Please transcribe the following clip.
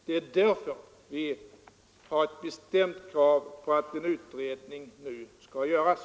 Det är därför vi har ett bestämt krav på att en utredning nu skall göras.